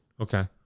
Okay